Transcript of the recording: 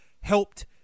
helped